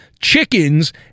chickens